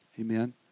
Amen